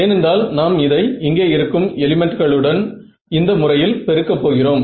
ஏனென்றால் நாம் இதை இங்கே இருக்கும் எலிமென்ட்களுடன் இந்த முறையில் பெருக்க போகிறோம்